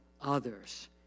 others